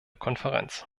konferenz